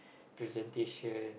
presentation